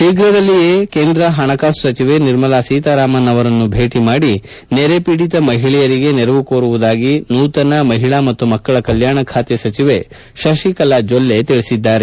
ಶೀಘದಲ್ಲಿಯೇ ಕೇಂದ್ರ ಹಣಕಾಸು ಸಚಿವೆ ನಿರ್ಮಲಾ ಸೀತಾರಾಮನ್ ಅವರನ್ನು ಭೇಟಿ ಮಾಡಿ ನೆರೆ ಪೀಡಿತ ಮಹಿಳೆಯರಿಗೆ ನೆರವು ಕೋರುವುದಾಗಿ ನೂತನ ಮಹಿಳಾ ಮತ್ತು ಮಕ್ಕಳ ಕಲ್ಯಾಣ ಖಾತೆ ಸಚಿವೆ ಶಶಿಕಲಾ ಜೊಲ್ಲೆ ತಿಳಿಸಿದ್ದಾರೆ